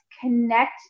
connect